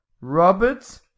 Robert